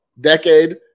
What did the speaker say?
decade